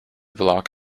block